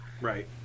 right